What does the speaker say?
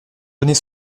donner